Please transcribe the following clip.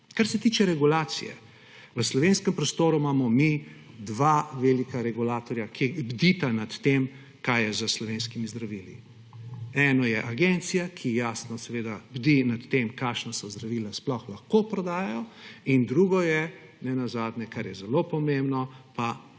Kar se tiče regulacije. V slovenskem prostoru imamo mi dva velika regulatorja, ki bdita nad tem, kaj je s slovenskimi zdravili. Eno je agencija, ki jasno bdi nad tem, kakšna zdravila se sploh lahko prodajajo, in drugo je nenazadnje, kar je zelo pomembno, pa